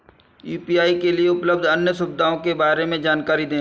UPI के लिए उपलब्ध अन्य सुविधाओं के बारे में जानकारी दें?